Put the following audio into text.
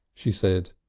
she said.